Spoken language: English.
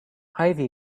ivy